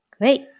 Great